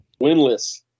Winless